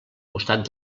costat